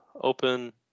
open